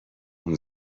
اون